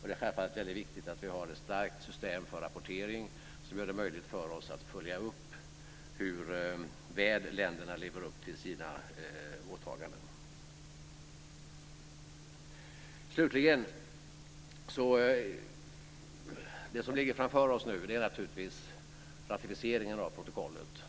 Det är självfallet väldigt viktigt att vi har ett starkt system för rapportering som gör det möjligt för oss att följa upp hur väl länderna lever upp till sina åtaganden. Slutligen till det som nu ligger framför oss, nämligen ratificeringen av protokollet.